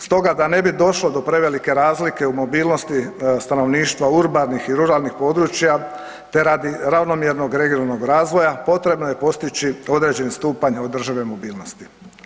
Stoga da ne bi došlo do prevelike razlike u mobilnosti stanovništva urbanih i ruralnih područja, te radi ravnomjernog regionalnog razvoja potrebno je postići određeni stupanj održive mobilnosti.